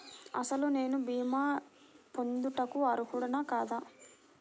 అసలు నేను భీమా పొందుటకు అర్హుడన కాదా?